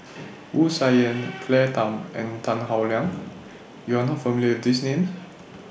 Wu Tsai Yen Claire Tham and Tan Howe Liang YOU Are not familiar with These Names